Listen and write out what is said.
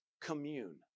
commune